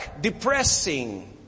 Depressing